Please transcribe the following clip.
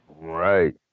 Right